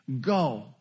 Go